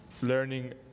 Learning